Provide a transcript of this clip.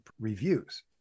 reviews